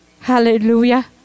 Hallelujah